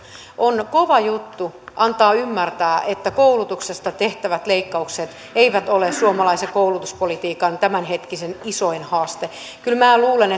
on kova juttu antaa ymmärtää että koulutuksesta tehtävät leikkaukset eivät ole suomalaisen koulutuspolitiikan tämänhetkinen isoin haaste kyllä minä luulen